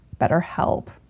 BetterHelp